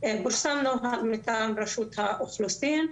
מטעם רשות האוכלוסין.